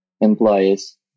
employees